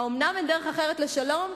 האומנם אין דרך אחרת לשלום,